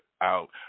out